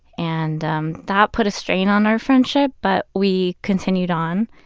and um that put a strain on our friendship, but we continued on.